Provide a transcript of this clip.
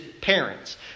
parents